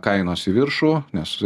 kainos į viršų nes